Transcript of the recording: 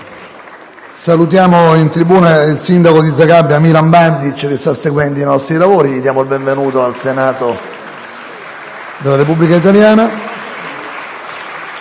salutiamo in tribuna il sindaco di Zagabria, Milan Bandȋc, che sta seguendo i nostri lavori, cui diamo il benvenuto qui, al Senato della Repubblica italiana.